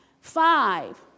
Five